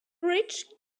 rich